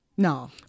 No